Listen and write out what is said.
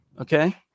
okay